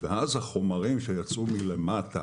ואז החומרים שיצאו מלמטה